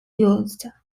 used